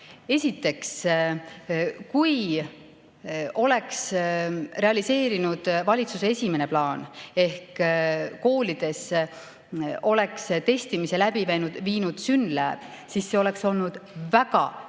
Esiteks, kui oleks realiseerunud valitsuse esimene plaan ehk koolides oleks testimise läbi viinud SYNLAB, siis see oleks olnud väga palju